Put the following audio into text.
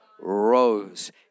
rose